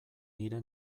nire